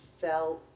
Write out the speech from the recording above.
fell